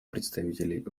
представителей